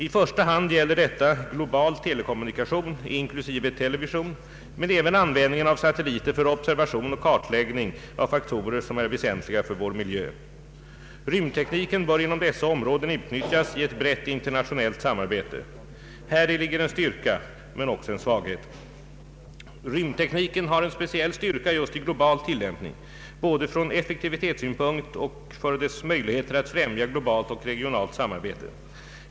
I första hand gäller detta global telekommunikation, inklusive television, men även användningen av satelliter för observation och kartläggning av faktorer, som är väsentliga för vår miljö. Rymdtekniken bör inom dessa områden utnyttjas i ett brett internationellt samarbete. Häri ligger en styrka och en svaghet. Rymdtekniken har en speciell styrka just i global tillämpning — både från effektivitetssynpunkt och för dess möjligheter att främja globalt och regionalt samarbete.